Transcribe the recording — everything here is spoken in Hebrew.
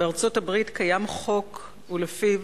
בארצות-הברית קיים חוק שלפיו